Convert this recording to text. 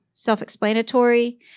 Self-explanatory